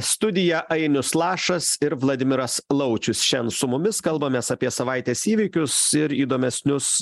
studiją ainius lašas ir vladimiras laučius šian su mumis kalbamės apie savaitės įvykius ir įdomesnius